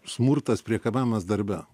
smurtas priekabiavimas darbe